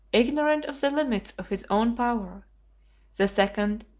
ignorant of the limits of his own power the second,